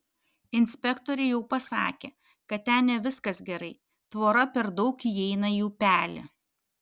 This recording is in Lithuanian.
inspektoriai jau pasakė kad ten ne viskas gerai tvora per daug įeina į upelį